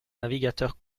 navigateur